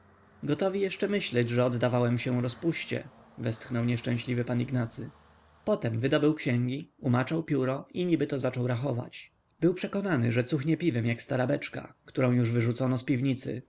gotowi jeszcze myśleć że oddawałem się rozpuście westchnął nieszczęsny pan ignacy potem wydobył księgi umaczał pióro i nibyto zaczął rachować był przekonany że cuchnie piwem jak stara beczka którą już wyrzucono z piwnicy